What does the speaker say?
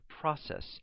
process